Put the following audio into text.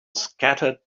scattered